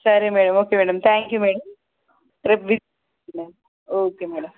సరే madam okay madam thank you madam రేపు okay madam